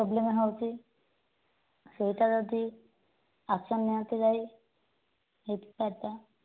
problem ହେଉଛି ସେଇଟା ଯଦି ଆକ୍ସନ ନିଅନ୍ତେ ଯାଇ ହେଇପାରନ୍ତା